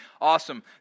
Awesome